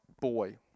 boy